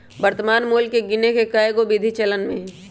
वर्तमान मोल के गीने के कएगो विधि चलन में हइ